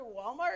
Walmart